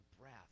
breath